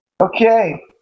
Okay